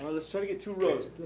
let's try to get two rows.